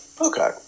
Okay